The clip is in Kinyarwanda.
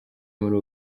muri